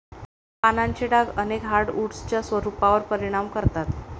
पानांचे डाग अनेक हार्डवुड्सच्या स्वरूपावर परिणाम करतात